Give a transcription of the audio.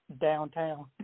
downtown